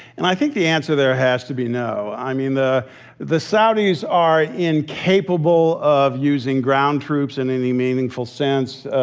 and i think the answer there has to be no. i mean, the the saudis are incapable of using ground troops in any meaningful sense.